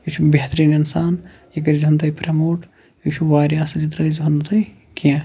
یہِ چھُ بہتٔرین اِنسان یہِ کٔر زَِہون تُہۍ پریٚموٹ یہِ چھُ واریاہ اصٕل یہِ ترٲیزِہون نہٕ تُہۍ کیٚنٛہہ